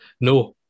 No